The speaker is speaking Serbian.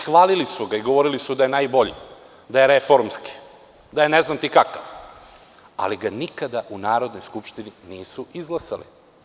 Hvalili su ga, govorili su da je najbolji, da je reformski, da je ne znam ti kakav, ali ga nikada u Narodnoj skupštini nisu izglasali.